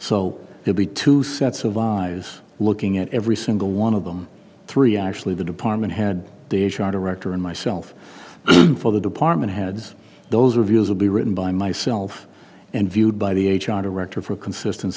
they'll be two sets of eyes looking at every single one of them three actually the department had deja director and myself for the department heads those reviews will be written by myself and viewed by the h r director for consisten